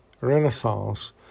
Renaissance